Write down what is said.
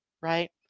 right